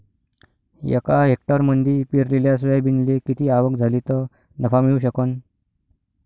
एका हेक्टरमंदी पेरलेल्या सोयाबीनले किती आवक झाली तं नफा मिळू शकन?